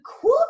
cool